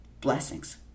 blessings